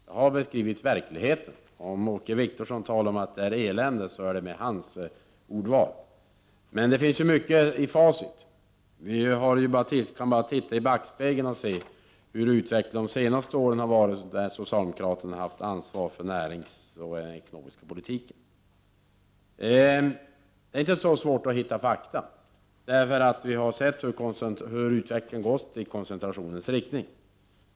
Jag har beskrivit verkligheten. Om Åke Wictorsson talar om att det är elände, så är det hans ordval. Men det finns ju mycket i facit. Vi behöver bara titta i backspegeln och se hur utvecklingen har varit under de senaste åren när socialdemokraterna har haft ansvaret för näringspolitiken och den ekonomiska politiken. Det är inte så svårt att hitta fakta. Vi har sett hur utvecklingen har gått i koncentrationens riktning.